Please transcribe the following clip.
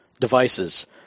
devices